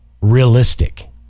realistic